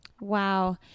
Wow